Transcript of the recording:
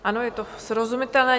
Ano, je to srozumitelné.